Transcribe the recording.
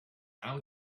now